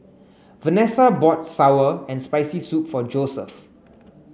Vanessa bought sour and spicy soup for Joeseph